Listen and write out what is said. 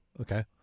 okay